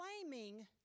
claiming